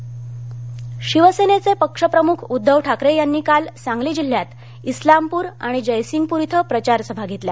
उद्गव सांगली शिवसेनेचे पक्षप्रमुख उद्धव ठाकरे यांनी काल सांगली जिल्ह्यात इस्लामपूर आणि जयसिंगपूर इथं प्रचारसभा घेतल्या